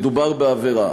מדובר בעבירה.